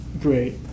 Great